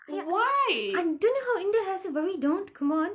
ya I don't know how india has it but we don't come on